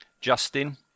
Justin